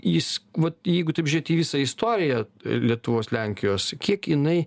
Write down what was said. jis vat jeigu taip žiūrėt į visą istoriją lietuvos lenkijos kiek jinai